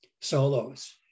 solos